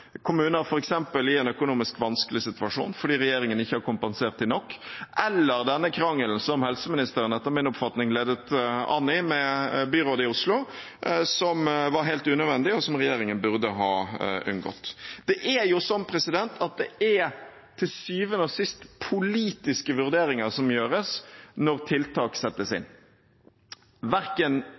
kommuner som f.eks. er i en økonomisk vanskelig situasjon fordi regjeringen ikke har kompensert dem nok – eller denne krangelen som helseministeren, etter min oppfatning, ledet an i med byrådet i Oslo, som var helt unødvendig, og som regjeringen burde ha unngått. Det er sånn at det til syvende og sist er politiske vurderinger som gjøres når tiltak settes inn. Verken